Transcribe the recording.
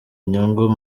inyungu